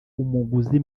umuguzi